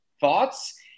thoughts